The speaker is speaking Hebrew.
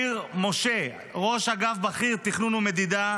ניר משה, ראש אגף בכיר תכנון ומדידה,